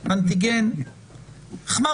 חלל